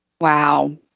Wow